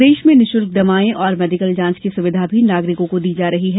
प्रदेश मे निशुल्क दवाएं निशुल्क मेडीकल जांच की सुविधा नागरिकों को दी जा रही हैं